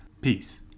Peace